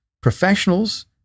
professionals